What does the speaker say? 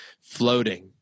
floating